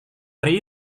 hari